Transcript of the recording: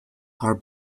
are